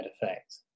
effect